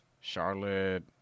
Charlotte